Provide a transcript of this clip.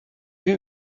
vue